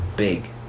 big